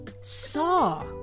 saw